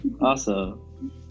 Awesome